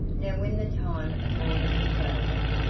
now when the time of mourning was over,